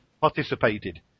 participated